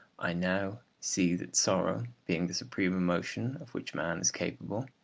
i now see that sorrow, being the supreme emotion of which man is capable,